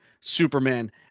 Superman